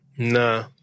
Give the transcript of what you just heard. Nah